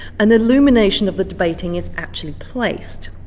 and the illumination of the debating is actually placed.